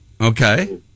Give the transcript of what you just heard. Okay